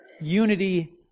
unity